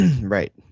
right